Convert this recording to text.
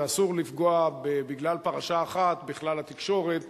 ואסור לפגוע בגלל פרשה אחת בכלל התקשורת ובמקומה,